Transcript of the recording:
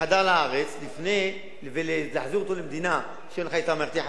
שחדר לארץ ולהחזיר אותו למדינה שאין לך אתה מערכת יחסים,